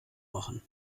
machen